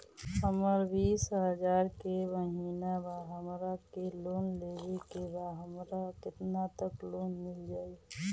हमर बिस हजार के महिना बा हमरा के लोन लेबे के बा हमरा केतना तक लोन मिल जाई?